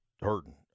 hurting